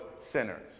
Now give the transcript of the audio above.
sinners